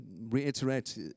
reiterate